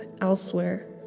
elsewhere